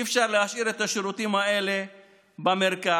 אי-אפשר להשאיר את השירותים האלה במרכז.